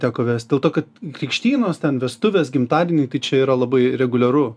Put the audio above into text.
teko vest dėl to kad krikštynos ten vestuvės gimtadieniai tai čia yra labai reguliaru